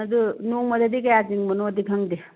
ꯑꯗꯨ ꯅꯣꯡꯃꯗꯗꯤ ꯀꯌꯥ ꯆꯤꯡꯕꯅꯣꯗꯤ ꯈꯪꯗꯦ